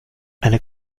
eine